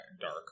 dark